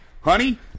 Honey